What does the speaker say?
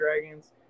dragons